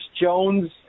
Jones